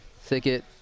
thicket